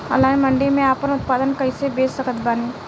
Online mandi मे आपन उत्पादन कैसे बेच सकत बानी?